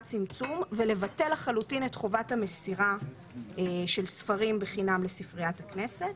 צמצום ולבטל לחלוטין את חובת המסירה של ספרים בחינם לספריית הכנסת,